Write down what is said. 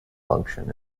function